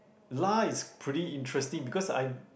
lah is pretty interesting because I